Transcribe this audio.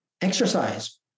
Exercise